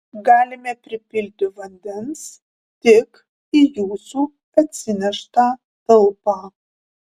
galime pripilti vandens tik į jūsų atsineštą talpą